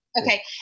Okay